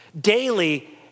daily